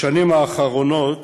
בשנים האחרונות